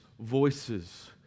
voices